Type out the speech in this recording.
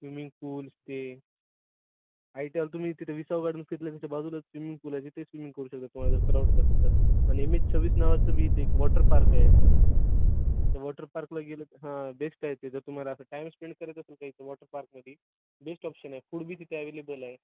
swimming pools ते तुम्ही तिथे विसाव गार्डन फिरला तिथे बाजूलाच स्विमिंग पूल आहे तिथे स्विमिंग करू शकता तुम्हाला जर खरं आवडत असेल तर आणि एम एच सव्वीस नावाचं बी इथे एक वॉटर पार्क आहे त्या वॉटर पार्कला गेलं हां बेस्ट आहे ते जर तुम्हाला असं टाईम स्पेंड करायचा असेल का इथं वॉटर पार्कमध्ये बेस्ट ऑप्शन आहे फूड बी तिथे अवेलेबल आहे